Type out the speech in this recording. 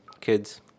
kids